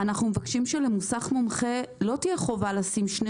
אנחנו מבקשים שלמוסך מומחה לא תהיה חובה לשים שני